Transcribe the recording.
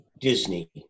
Disney